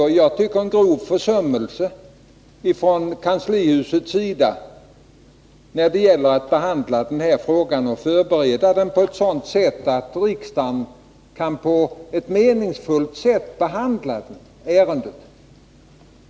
Jag tycker det skett en grov försummelse från kanslihusets sida när det gäller att behandla denna fråga och bereda den på ett sådant sätt att riksdagen kan på ett meningsfullt sätt behandla ärendet.